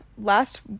last